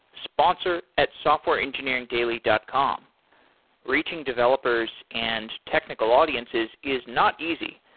sponsor at softwareengineeringdaily dot com reaching developers and technical audiences is not easy.